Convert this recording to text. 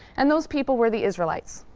and those people were the israelites.